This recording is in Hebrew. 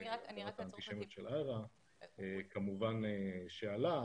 נושא האנטישמיות של איירה כמובן עלה,